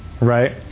right